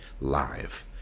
live